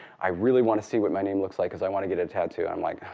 i really want to see what my name looks like, because i want to get a tattoo. i'm like,